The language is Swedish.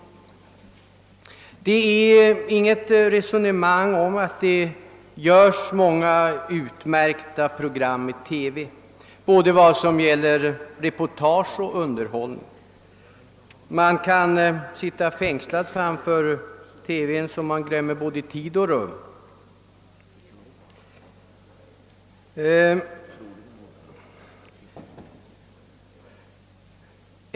Det är inte tu tal om att det sänds många utmärkta program i TV vad gäller både reportage och underhållning. Man kan sitta bänkad framför TV så att man glömmer både tid och rum.